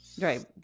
Right